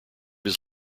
his